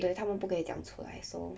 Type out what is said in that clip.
对他们不可以讲出来 so